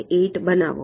8 બનાવો